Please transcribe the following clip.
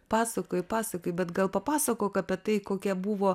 pasakojai pasakojai bet gal papasakok apie tai kokia buvo